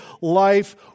life